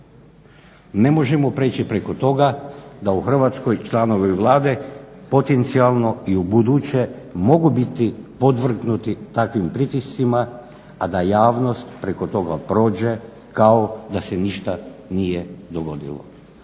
Ne možemo preći preko toga da u Hrvatskoj članovi Vlade potencijalno i ubuduće mogu biti podvrgnuti takvim pritiscima, a da javnost preko toga prođe kao da se ništa nije dogodilo.